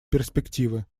перспективы